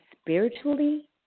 spiritually